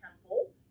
temple